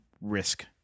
risk